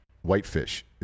Whitefish